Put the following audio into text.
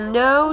no